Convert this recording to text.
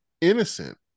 innocent